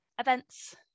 events